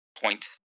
point